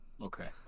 okay